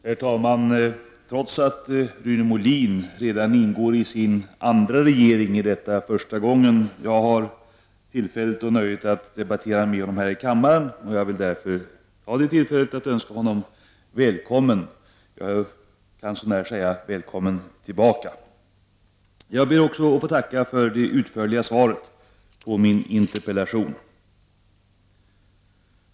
Herr talman! Trots att Rune Molin redan ingår i sin andra regering, är detta första gången jag har tillfället och nöjet att debattera med honom här i kammaren. Jag vill därför ta det tillfället att örska honom välkommen — jag kan så när säga välkommen tillbaka. Jag ber också att få tacka för det utförliga svaret på min interpellation.